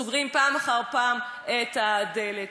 ואנחנו סוגרים פעם אחר פעם את הדלת.